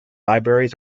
libraries